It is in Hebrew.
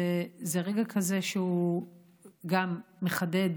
זה רגע כזה שגם מחדד